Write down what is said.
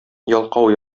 ялкау